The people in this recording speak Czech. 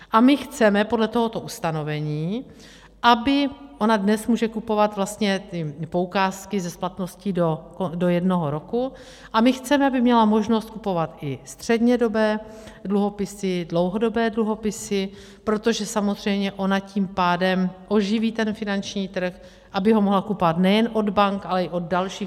A my chceme podle tohoto ustanovení, aby ona dnes může kupovat poukázky se splatností do jednoho roku a my chceme, aby měla možnost kupovat i střednědobé dluhopisy, dlouhodobé dluhopisy, protože samozřejmě ona tím pádem oživí ten finanční trh, aby ho mohla kupovat nejen od bank, ale i od dalších.